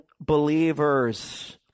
believers